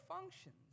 functions